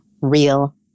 real